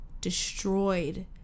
destroyed